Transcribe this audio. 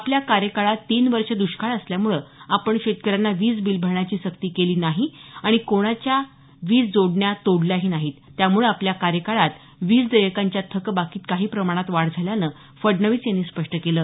आपल्या कार्यकाळात तीन वर्ष द्ष्काळ असल्यामुळे आपण शेतकऱ्यांना वीज बिल भरण्याची सक्ती केली नाही आणि कोणाच्या वीज जोडण्या तोडल्याही नाही त्यामुळे आपल्या कार्यकाळात वीज देयकांच्या थकबाकीत काही प्रमाणात वाढ झाल्याचं फडणवीस यांनी स्पष्ट केलं